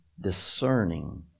discerning